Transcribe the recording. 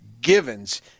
givens